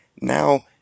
Now